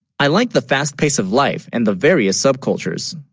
i like the fast pace of life and the various subcultures